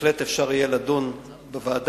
ובהחלט אפשר יהיה לדון בוועדה,